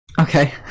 Okay